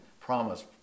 promise